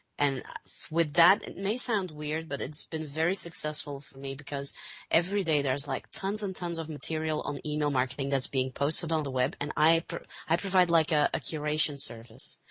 and ah with that, it may sound weird but itis been very successful for me because everyday thereis like tons and tons of material on email marketing thatis being posted on the web and i i provide like a curation service.